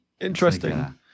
Interesting